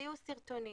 תוציאו סרטונים